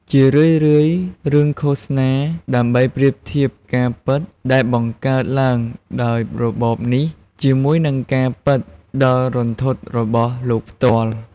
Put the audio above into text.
ជារឿយៗរឿងឃោសនា ដើម្បីប្រៀបធៀបការពិតដែលបង្កើតឡើងដោយរបបនេះជាមួយនឹងការពិតដ៏រន្ធត់របស់លោកផ្ទាល់។